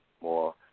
More